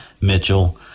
Mitchell